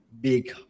Big